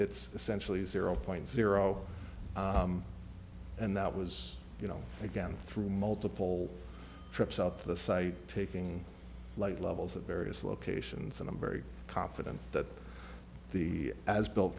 it's essentially zero point zero and that was you know again through multiple trips out to the site taking light levels at various locations and i'm very confident that the as built